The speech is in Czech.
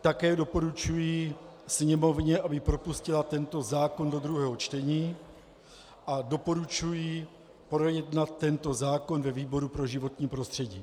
Také doporučuji Sněmovně, aby propustila tento zákon do druhého čtení, a doporučuji projednat tento zákon ve výboru pro životní prostředí.